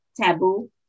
taboo